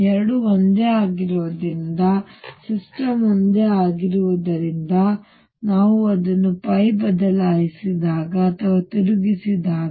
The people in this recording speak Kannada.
2 ಒಂದೇ ಆಗಿರುವುದರಿಂದ ಸಿಸ್ಟಮ್ ಒಂದೇ ಆಗಿರುವುದರಿಂದ ನಾನು ಅದನ್ನು ಬದಲಾಯಿಸಿದಾಗ ಅಥವಾ ತಿರುಗಿಸಿದಾಗ